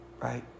right